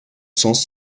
sens